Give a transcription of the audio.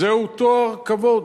זהו תואר כבוד,